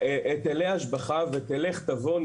היטלי השבחה ולך תבוא,